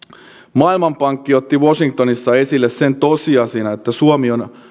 maailmanpankki otti washingtonissa esille sen tosiasian että suomi on